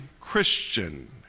Christian